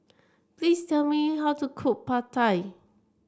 please tell me how to cook Pad Thai